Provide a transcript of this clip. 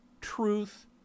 truth